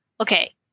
Okay